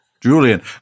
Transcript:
Julian